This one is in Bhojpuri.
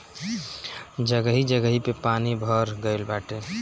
जगही जगही पे पानी भर गइल बाटे